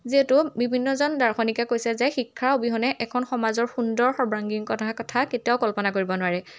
যিহেতু বিভিন্নজন দশনিকে কৈছে যে শিক্ষাৰ অবিহনে এখন সমাজৰ সুন্দৰ সৰ্বাংগীণ কথা কথা কেতিয়াও কল্পনা কৰিব নোৱাৰে